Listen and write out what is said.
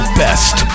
best